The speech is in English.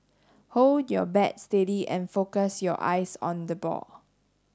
hold your bat steady and focus your eyes on the ball